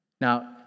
Now